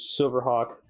silverhawk